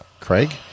craig